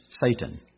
Satan